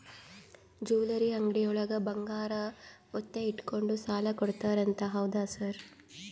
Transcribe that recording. Jewellery ಅಂಗಡಿಯೊಳಗ ಬಂಗಾರ ಒತ್ತೆ ಇಟ್ಕೊಂಡು ಸಾಲ ಕೊಡ್ತಾರಂತೆ ಹೌದಾ ಸರ್?